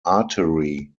artery